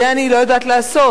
את זה אני לא יודעת לעשות.